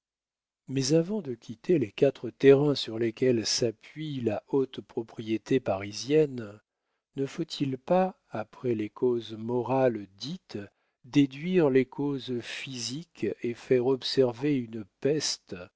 mais avant de quitter les quatre terrains sur lesquels s'appuie la haute propriété parisienne ne faut-il pas après les causes morales dites déduire les causes physiques et faire observer une peste